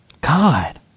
God